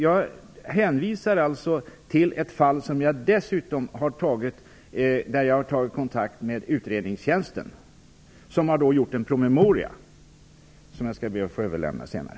Jag hänvisar till ett fall där utredningstjänsten har skrivit en promemoria. Jag skall be att få överlämna den senare.